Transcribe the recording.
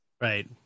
right